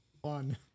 One